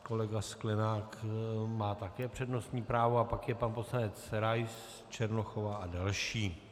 Kolega Sklenák má také přednostní právo a pak je pan poslanec Rais, Černochová a další.